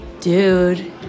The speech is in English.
Dude